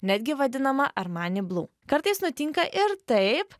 netgi vadinama armani blu kartais nutinka ir taip